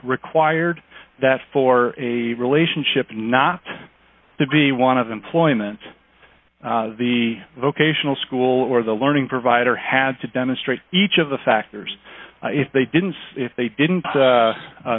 required that for a relationship not to be one of the employment the vocational school or the learning provider had to demonstrate each of the factors if they didn't if they didn't